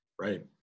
Right